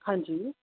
ਹਾਂਜੀ